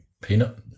peanut